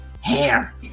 hair